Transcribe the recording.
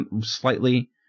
slightly